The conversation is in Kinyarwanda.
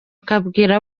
akabwira